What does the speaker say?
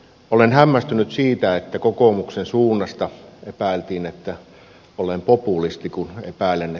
olen hämmästynyt siitä että kokoomuksen suunnasta epäiltiin että olen populisti kun epäilemme